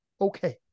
Okay